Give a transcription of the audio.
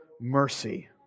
mercy